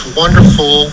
wonderful